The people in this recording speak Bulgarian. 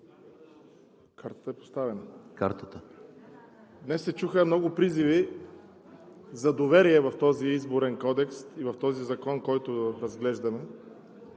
политическия дебат. Днес се чуха много призиви за доверие в този Изборен кодекс и в този закон, който разглеждаме,